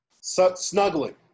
snuggling